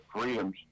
freedoms